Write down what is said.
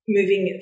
moving